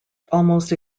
almost